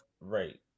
Right